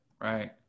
right